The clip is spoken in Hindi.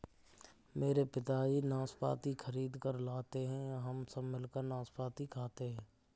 मेरे पिताजी नाशपाती खरीद कर लाते हैं हम सब मिलकर नाशपाती खाते हैं